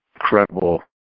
incredible